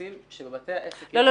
לא.